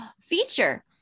feature